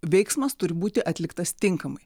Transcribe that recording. veiksmas turi būti atliktas tinkamai